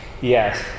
Yes